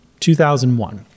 2001